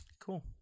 Cool